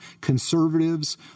conservatives